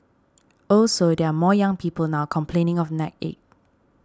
also there are more young people now complaining of neck ache